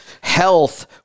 health